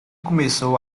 começou